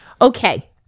Okay